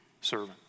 servant